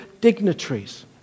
dignitaries